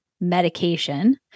medication